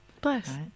Bless